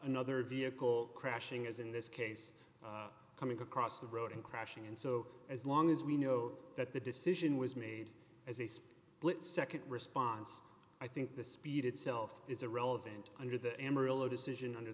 another vehicle crashing as in this case coming across the road and crashing and so as long as we know that the decision was made as a split nd response i think the speed itself is irrelevant under the amarillo decision under